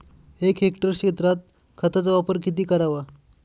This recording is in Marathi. एक हेक्टर क्षेत्रात खताचा वापर किती करावा?